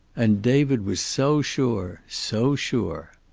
and david was so sure! so sure.